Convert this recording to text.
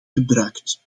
gebruikt